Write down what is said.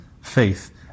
faith